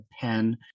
pen